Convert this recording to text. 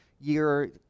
year